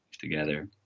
together